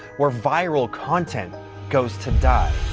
where viral content goes to die?